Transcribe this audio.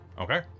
Okay